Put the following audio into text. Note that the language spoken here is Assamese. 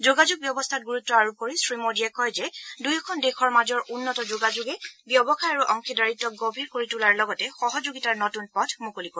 যোগাযোগ ব্যৱস্থাত গুৰুত্ব আৰোপ কৰি শ্ৰীমোডীয়ে কয় যে দুয়োখন দেশৰ মাজৰ উন্নত যোগাযোগে ব্যৱসায় আৰু অংশীদাৰিত্ক গভীৰ কৰি তোলাৰ লগতে সহযোগিতাৰ নতুন পথ মুকলি কৰিব